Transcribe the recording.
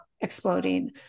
exploding